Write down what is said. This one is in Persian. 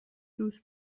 دوست